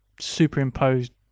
superimposed